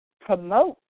promote